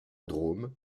drôme